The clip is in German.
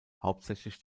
hauptsächlich